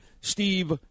Steve